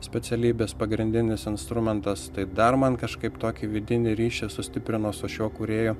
specialybės pagrindinis instrumentas tai dar man kažkaip tokį vidinį ryšį sustiprino su šiuo kūrėju